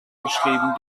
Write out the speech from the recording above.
geschrieben